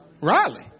Riley